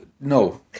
No